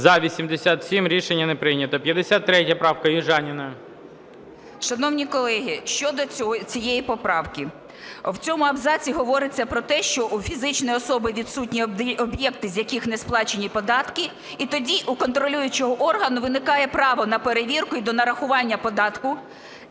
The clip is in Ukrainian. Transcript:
За-87 Рішення не прийнято. 53 правка, Южаніна. 11:42:27 ЮЖАНІНА Н.П. Шановні колеги, щодо цієї поправки. В цьому абзаці говориться про те, що у фізичної особи відсутні об'єкти, з яких не сплачені податки, і тоді у контролюючого органу виникає право на перевірку і донарахування податку.